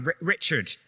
Richard